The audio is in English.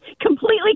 completely